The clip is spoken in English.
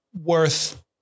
worth